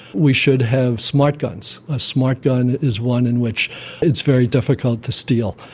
we should have smart guns. a smart gun is one in which it's very difficult to steal.